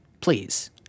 Please